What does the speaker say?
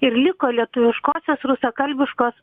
ir liko lietuviškosios rusakalbiškos